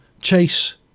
Chase